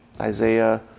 Isaiah